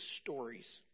stories